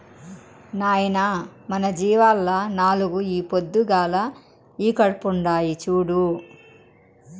నాయనా మన జీవాల్ల నాలుగు ఈ పొద్దుగాల ఈకట్పుండాయి చూడు